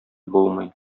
булмый